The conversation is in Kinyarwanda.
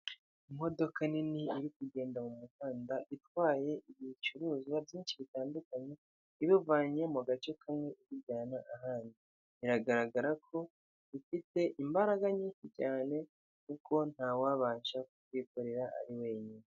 Imodoka nini iri kugenda mu muhanda, itwaye ibicuruzwa byinshi bitandukanye; ibavanye mu gace kamwe ibijyana ahandi. Biragaragara ko ifite imbaraga nyinshi cyane kuko ntawabasha kubyikorera ari wenyine.